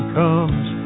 comes